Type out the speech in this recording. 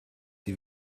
sie